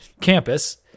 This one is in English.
campus